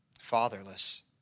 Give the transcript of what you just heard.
fatherless